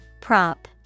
Prop